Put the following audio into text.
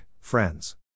friends